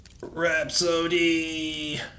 Rhapsody